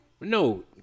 No